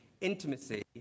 intimacy